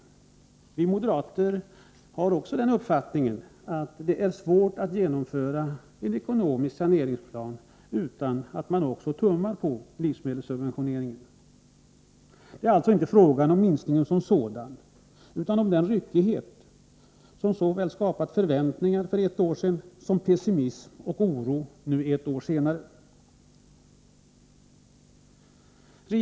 Också vi moderater är av den uppfattningen att det är svårt att genomföra en ekonomisk saneringsplan utan att samtidigt tumma på principerna när det gäller livsmedelssubventioneringen. Det är alltså inte fråga om minskningen som sådan utan om den ryckighet som förekommit. Således kunde man för ett år sedan ha förväntningar, men nu-—ett år senare — känner man pessimism och oro.